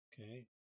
Okay